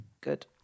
Good